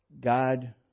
God